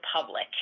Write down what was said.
public